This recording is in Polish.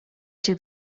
cię